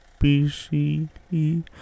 BCE